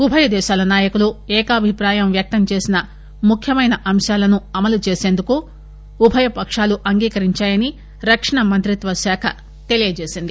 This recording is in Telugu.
ఉభయ దేశాల నాయకులు ఏకాభిప్రాయం వ్యక్తంచేసిన ముఖ్యమైన అంశాలను అమలు చేసిందుకు ఉభయ పక్షాలు అంగీకరించాయని రక్షణ మంత్రిత్వశాఖ తెలిపింది